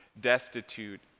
destitute